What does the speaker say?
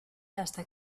hasta